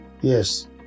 Yes